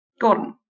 Gordon